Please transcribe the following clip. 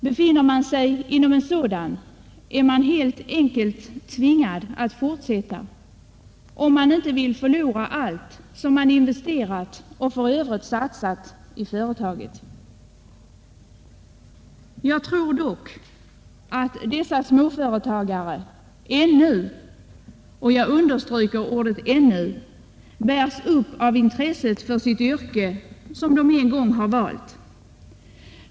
Befinner man sig inom en sådan är man helt enkelt tvingad att fortsätta, om man inte vill förlora allt som man investerat och i övrigt satsat i företaget. Jag tror att dessa småföretagare ännu — jag stryker under ordet ”ännu” — bärs upp av intresset för det yrke som de en gång har valt.